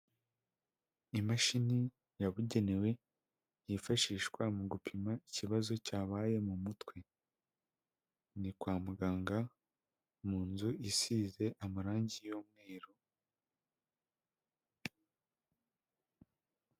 Imashini yabugenewe yifashishwa mu gupima ikibazo cyabaye mu mutwe, ni kwa muganga mu nzu isize amarangi y'umweru.